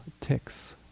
ticks